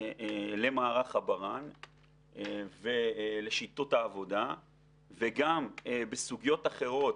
למערך הברה"ן ולשיטות העבודה וגם בסוגיות אחרות,